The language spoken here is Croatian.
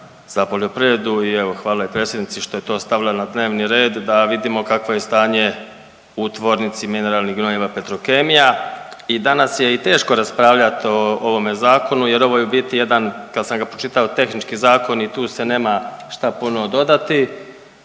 za poljoprivredu i evo hvala i predsjednici što je to stavila na dnevni red, da vidimo kakvo je stanje u tvornici mineralnih gnojiva Petrokemija. I danas je i teško raspravljat o ovome zakonu jer ovo je u biti jedan, kad sam ga pročitao, tehnički zakon i tu se nema šta puno dodati